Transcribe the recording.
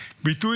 בבקשה.